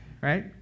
right